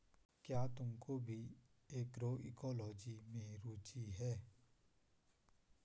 क्या तुमको भी एग्रोइकोलॉजी में रुचि है?